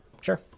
Sure